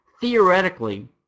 theoretically